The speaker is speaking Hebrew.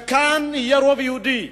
שכאן יהיה רוב יהודי.